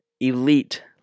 elite